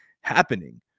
happening